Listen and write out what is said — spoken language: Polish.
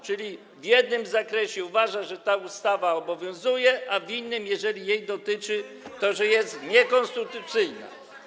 Czyli w jednym zakresie pani uważa, że ta ustawa obowiązuje, a w innym, jeżeli jej dotyczy - że jest niekonstytucyjna.